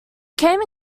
came